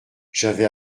j’avais